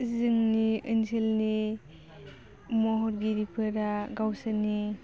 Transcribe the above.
जोंनि ओनसोलनि महरगिरिफोरा गावसोरनि